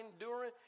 enduring